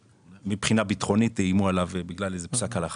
מבחינה ביטחונית איימו עליו בגלל איזה פסק הלכה,